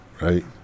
right